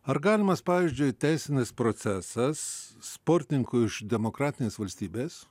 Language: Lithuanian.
ar galimas pavyzdžiui teisinis procesas sportininkui iš demokratinės valstybės